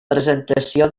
presentació